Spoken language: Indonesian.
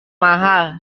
mahal